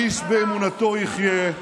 איש באמונתו יחיה.